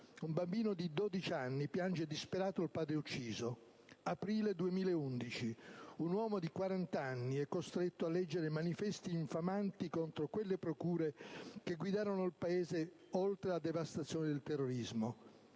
un bambino di 12 anni piange disperato il padre ucciso. Aprile 2011: un uomo di oltre quarant'anni è costretto a leggere manifesti infamanti contro «quelle procure» che guidarono il Paese oltre la devastazione del terrorismo.